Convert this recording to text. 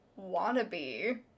Wannabe